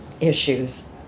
issues